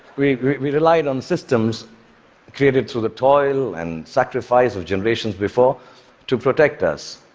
we relied on systems created through the toil and sacrifice of generations before to protect us,